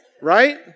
right